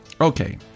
Okay